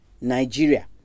Nigeria